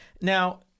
Now